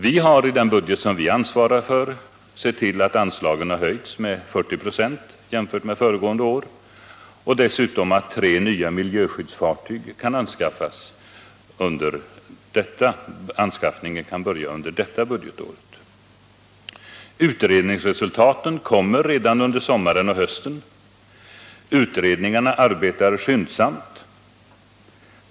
Vi har i den budget som vi ansvarar för sett till att anslagen höjts med 40 96 jämfört med föregående år och dessutom att anskaffningen av tre nya miljöskyddsfartyg kan börja under innevarande budgetår. Utredningarna arbetar skyndsamt, och utredningsresultaten kommer redan under sommaren och hösten.